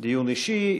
דיון אישי.